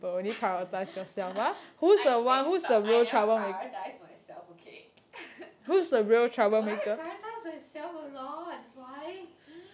I wait stop but I I never prioritise myself okay do I prioritise myself a lot do I